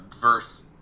verse